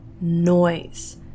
noise